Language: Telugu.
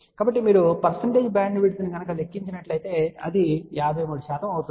కాబట్టి మీరు పర్సంటేజ్ బ్యాండ్విడ్త్ను లెక్కించగలిగితే అది 53 అవుతుంది